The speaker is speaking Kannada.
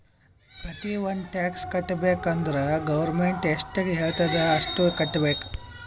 ಪ್ರತಿ ಒಂದ್ ಟ್ಯಾಕ್ಸ್ ಕಟ್ಟಬೇಕ್ ಅಂದುರ್ ಗೌರ್ಮೆಂಟ್ ಎಷ್ಟ ಹೆಳ್ತುದ್ ಅಷ್ಟು ಕಟ್ಟಬೇಕ್